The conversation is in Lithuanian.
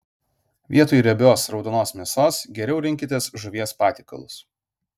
vietoj riebios raudonos mėsos geriau rinkitės žuvies patiekalus